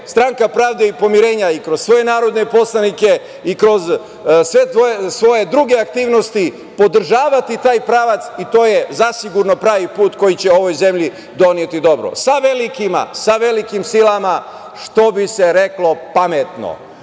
Stranka pravde i pomirenja i kroz svoje narodne poslanike, i kroz sve svoje druge aktivnosti podržavati taj pravac i to je zasigurno pravi put koji će ovoj zemlji doneti dobro. Sa velikima, sa velikim silama, što bi se reklo, pametno.